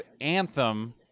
Anthem